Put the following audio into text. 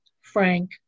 Frank